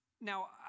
Now